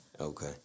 okay